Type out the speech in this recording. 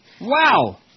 Wow